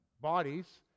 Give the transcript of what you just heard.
bodies